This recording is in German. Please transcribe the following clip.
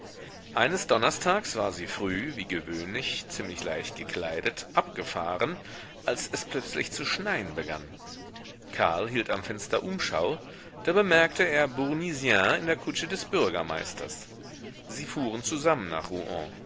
eines donnerstags war sie früh wie gewöhnlich ziemlich leicht gekleidet abgefahren als es plötzlich zu schneien begann karl hielt am fenster umschau da bemerkte er bournisien in der kutsche des bürgermeisters sie fuhren zusammen nach rouen